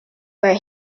where